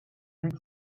dud